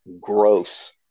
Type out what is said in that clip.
gross